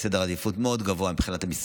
במקום מאוד גבוה בסדר העדיפויות מבחינת המשרד.